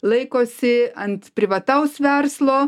laikosi ant privataus verslo